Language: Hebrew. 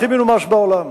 הכי מנומס בעולם.